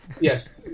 Yes